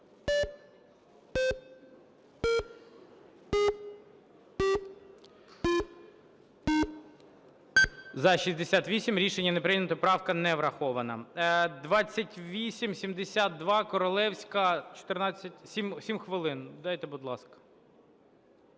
За-68 Рішення не прийнято, правка не врахована. 2872, Королевська. 7 хвилин дайте, будь ласка.